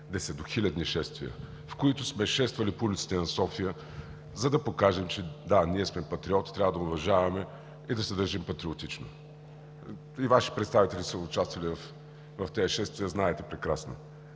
десетохилядни шествия, в които сме шествали по улиците на София, за да покажем, че, да, ние сме патриоти, трябва да уважаваме и да се държим патриотично. И Ваши представители са участвали в тези шествия, знаете прекрасно.